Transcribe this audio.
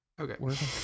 Okay